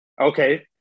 Okay